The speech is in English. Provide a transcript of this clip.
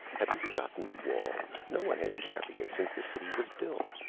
have you forgotten the wall? no one has carried it since the city was built.